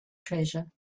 treasure